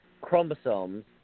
chromosomes